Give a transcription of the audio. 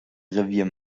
revier